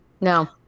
No